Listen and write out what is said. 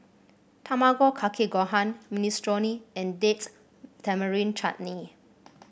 Tamago Kake Gohan Minestrone and Date Tamarind Chutney